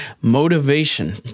motivation